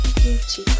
beauty